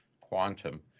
quantum